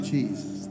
Jesus